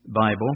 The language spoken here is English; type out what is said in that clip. Bible